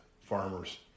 farmers